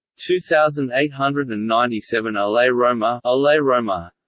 two thousand eight hundred and ninety seven ole romer ole romer